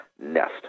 Nest